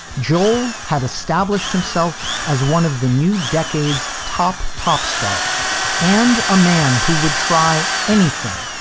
joel had established himself as one of the new decade's top pop stars and a man who would try anything.